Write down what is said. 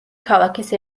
ქალაქის